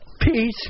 Peace